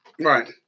Right